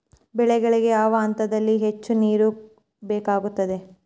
ಬೆಳೆಗಳಿಗೆ ಯಾವ ಹಂತದಲ್ಲಿ ಹೆಚ್ಚು ನೇರು ಬೇಕಾಗುತ್ತದೆ?